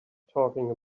talking